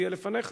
תהיה לפניך,